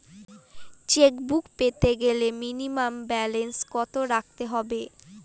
Chequebook পেতে গেলে minimum balance কত রাখতে হবে?